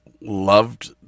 loved